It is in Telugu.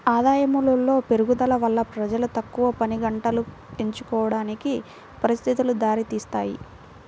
ఆదాయములో పెరుగుదల వల్ల ప్రజలు తక్కువ పనిగంటలు ఎంచుకోవడానికి పరిస్థితులు దారితీస్తాయి